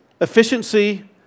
efficiency